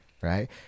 right